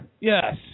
Yes